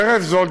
חרף זאת,